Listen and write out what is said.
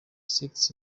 sets